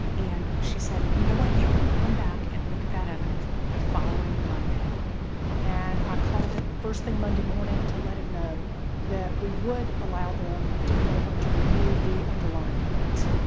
and she said you know what? you can come back and look at that evidence the following monday and i called him first thing monday morning to let him know that we would allow them to come over and to review the underlying evidence.